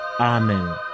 Amen